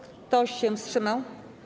Kto się wstrzymał?